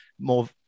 more